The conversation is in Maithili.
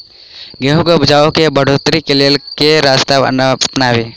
गेंहूँ केँ उपजाउ केँ बढ़ोतरी केँ लेल केँ रास्ता अपनाबी?